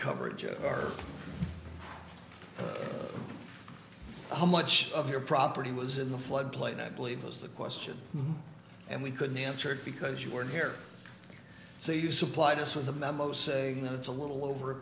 coverage or how much of your property was in the flood plain i believe was the question and we couldn't answer it because you were here so you supplied us with a memo saying that it's a little over a